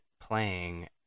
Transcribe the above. playing